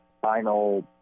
final